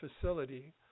facility